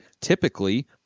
typically